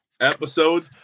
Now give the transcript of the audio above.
episode